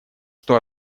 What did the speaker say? что